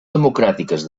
democràtiques